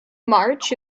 march